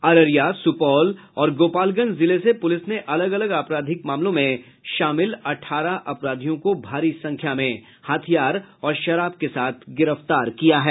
अररिया सुपौल और गोपालगंज जिले से पुलिस ने अलग अलग आपराधिक मामलों में शामिल अठारह अपराधियों को भारी संख्या में हथियार और शराब के साथ गिरफ्तार किया है